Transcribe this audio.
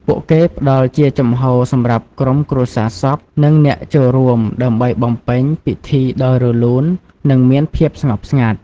ពួកគេផ្តល់ជាជំហរសម្រាប់ក្រុមគ្រួសារសព និងអ្នកចូលរួម ដើម្បីបំពេញពិធីដោយរលូន និងមានភាពស្ងប់ស្ងាត់។